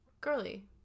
Girly